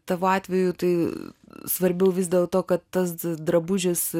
tavo atveju tai svarbiau vis dėl to kad tas drabužis